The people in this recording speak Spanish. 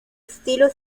estilo